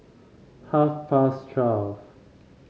half past twelve